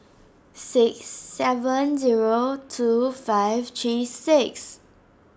six seven zero two five three six